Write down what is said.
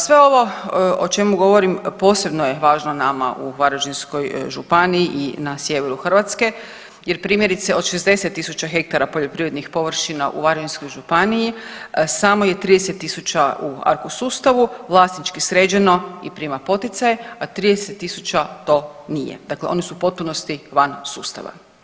Sve ovo o čemu govorim posebno je važno nama u Varaždinskoj županiji i na sjeveru Hrvatske jer primjerice od 60 tisuća hektara poljoprivrednih površina u Varaždinskoj županiji samo je 30 tisuća u ARKO sustavu vlasnički sređeno i prima poticaje, a 30 tisuća to nije, dakle oni su u potpunosti van sustava.